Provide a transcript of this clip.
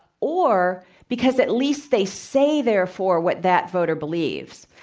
or because at least they say therefore what that voter believes.